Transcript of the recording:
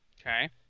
Okay